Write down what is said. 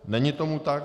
Není tomu tak.